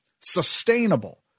sustainable